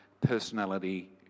personality